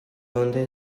donde